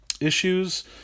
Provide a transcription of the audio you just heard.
issues